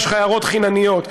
יש לך הערות חינניות.